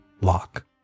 lock